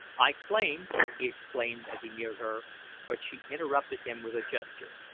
i claim he exclaimed as he neared her but she interrupted him with a gesture.